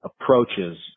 approaches